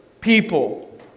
people